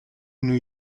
new